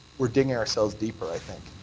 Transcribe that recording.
we're digging ourselves deeper, i think.